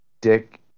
dick